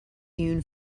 hewn